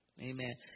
Amen